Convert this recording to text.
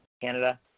Canada